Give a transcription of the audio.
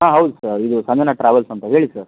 ಹಾಂ ಹೌದು ಸರ್ ಇದು ಸಮೀನ ಟ್ರಾವೆಲ್ಸಂತ ಹೇಳಿ ಸರ್